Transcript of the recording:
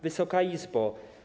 Wysoka Izbo!